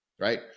right